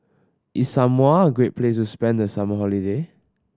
is Samoa a great place to spend the summer holiday